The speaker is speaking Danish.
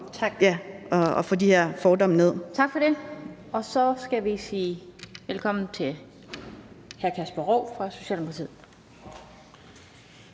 Tak for det, og så skal vi sige velkommen til hr. Kasper Roug fra Socialdemokratiet.